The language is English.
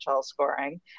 scoring